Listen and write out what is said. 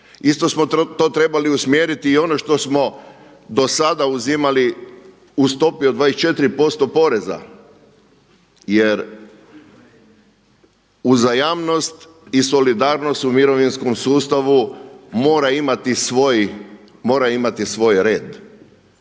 Isto smo to trebali usmjeriti i ono što smo do sada uzimali u stopi od 24 posto poreza jer uzajamnost i solidarnost u mirovinskom sustavu mora imati svoj red